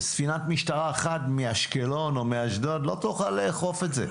ספינת משטרה אחת מאשקלון או מאשדוד לא תוכל לאכוף את זה.